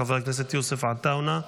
חבר הכנסת יוסף עטאונה,